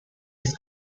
his